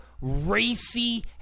racy